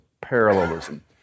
parallelism